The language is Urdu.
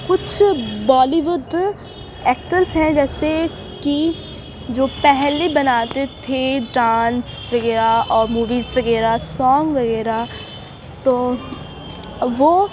کچھ بالی ووڈ ایکٹرس ہیں جیسے کہ جو پہلے بناتے تھے ڈانس وغیرہ اور موویز وغیرہ سانگ وغیرہ تو وہ